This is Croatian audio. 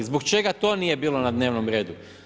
Zbog čega to nije bilo na dnevnom redu?